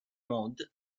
mod